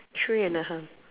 three and a half